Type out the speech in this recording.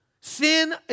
Sin